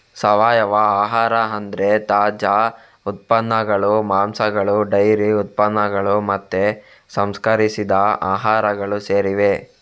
ಸಾವಯವ ಆಹಾರ ಅಂದ್ರೆ ತಾಜಾ ಉತ್ಪನ್ನಗಳು, ಮಾಂಸಗಳು ಡೈರಿ ಉತ್ಪನ್ನಗಳು ಮತ್ತೆ ಸಂಸ್ಕರಿಸಿದ ಆಹಾರಗಳು ಸೇರಿವೆ